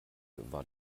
war